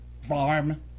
farm